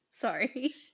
sorry